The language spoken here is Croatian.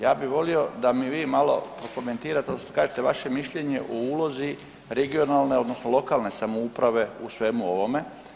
Ja bi volio da mi vi malo prokomentirate odnosno kažete vaše mišljenje u ulozi regionalne odnosno lokalne samouprave u svemu ovome.